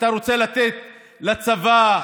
אתה רוצה לתת לצבא,